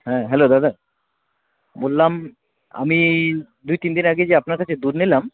হ্যাঁ হ্যালো দাদা বললাম আমি দুই তিন দিন আগে যে আপনার কাছে দুধ নিলাম